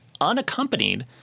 unaccompanied